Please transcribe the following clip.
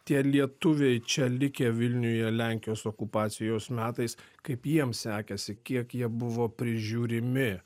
tie lietuviai čia likę vilniuje lenkijos okupacijos metais kaip jiems sekėsi kiek jie buvo prižiūrimi